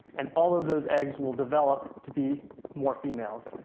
and all of those eggs will develop to be more females.